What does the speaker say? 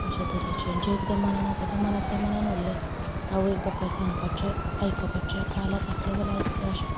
अशें तरेचें जें कितें मनांत आसा तें मनांतल्या मनांत उरलें आवयक बापायक सांगपाचें आयकोपाचें पालक आसलें जाल्यार आयकलें अशें